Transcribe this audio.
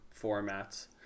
formats